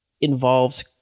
involves